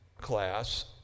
class